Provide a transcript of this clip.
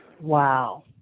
Wow